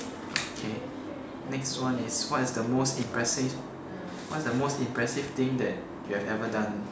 okay next one is what is the most impressive what is the most impressive thing that you have ever done